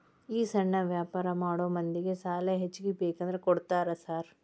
ಈ ಸಣ್ಣ ವ್ಯಾಪಾರ ಮಾಡೋ ಮಂದಿಗೆ ಸಾಲ ಹೆಚ್ಚಿಗಿ ಬೇಕಂದ್ರ ಕೊಡ್ತೇರಾ ಸಾರ್?